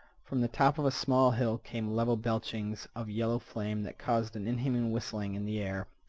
from the top of a small hill came level belchings of yellow flame that caused an inhuman whistling in the air.